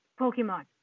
Pokemon